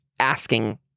asking